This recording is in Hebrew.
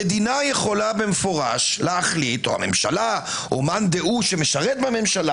המדינה יכולה במפורש להחליט או הממשלה או מאן דהוא שמשרת בממשלה